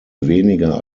weniger